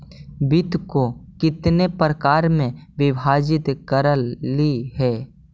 वित्त को कितने प्रकार में विभाजित करलइ हे